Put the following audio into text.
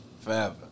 forever